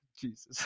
Jesus